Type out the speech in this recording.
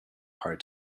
hard